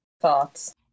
Thoughts